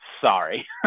sorry